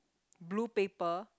blue paper